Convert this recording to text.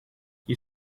you